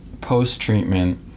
post-treatment